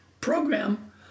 program